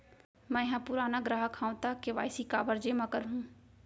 मैं ह पुराना ग्राहक हव त के.वाई.सी काबर जेमा करहुं?